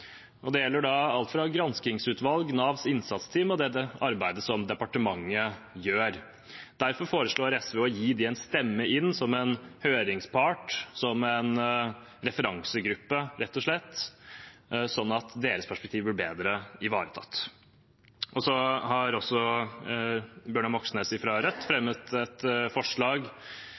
og det gjelder alt fra granskingsutvalg og Navs innsatsteam til det arbeidet som departementet gjør. Derfor foreslår SV å gi dem en stemme som en høringspart, som en referansegruppe, rett og slett, sånn at deres perspektiv blir bedre ivaretatt. Så har representanten Bjørnar Moxnes fra Rødt fremmet et forslag